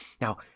now